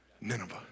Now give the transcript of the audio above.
Nineveh